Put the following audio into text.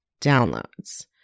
downloads